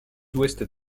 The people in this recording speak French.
ouest